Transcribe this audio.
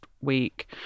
week